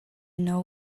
know